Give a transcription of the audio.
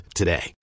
today